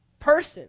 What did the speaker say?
person